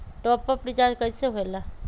Top up recharge कइसे होएला?